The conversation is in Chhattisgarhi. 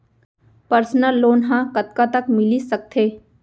पर्सनल लोन ह कतका तक मिलिस सकथे?